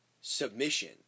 submission